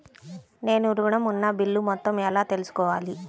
నేను ఋణం ఉన్న బిల్లు మొత్తం ఎలా తెలుసుకోవాలి?